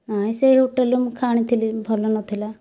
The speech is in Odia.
ନାଇଁ ସେହି ହୋଟେଲରୁ ମୁଁ ଆଣିଥିଲି ଭଲ ନଥିଲା